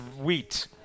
Wheat